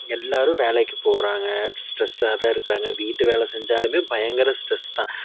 எல்லாரும் வேலைக்கு போகிறாங்க ஸ்ட்ரெஸ்ஸாகதான் இருக்கிறாங்க வீட்டு வேலை செஞ்சாலுமே பயங்கர ஸ்ட்ரெஸ் தான்